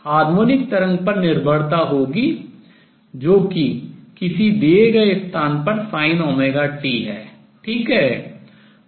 harmonic तरंग पर निर्भरता होगी जो कि किसी दिए गए स्थान पर sinωt है ठीक है